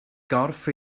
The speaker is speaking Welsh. gorff